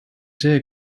see